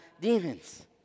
demons